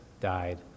died